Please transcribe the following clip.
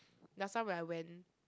last time when I went